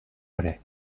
کره